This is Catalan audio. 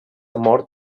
mort